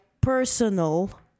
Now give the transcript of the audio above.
personal